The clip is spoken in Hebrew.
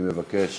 אני מבקש